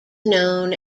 known